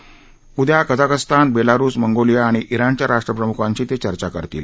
तर उद्या Kazakhstan Belarus Mongolia आणि जिणच्या राष्ट्रप्रमुखांशी ते चर्चा करतील